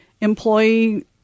employee